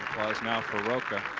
now for roccal.